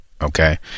Okay